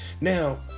now